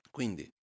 Quindi